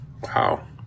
Wow